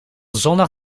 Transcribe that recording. zondag